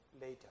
later